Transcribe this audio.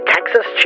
Texas